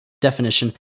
definition